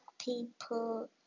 people